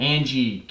Angie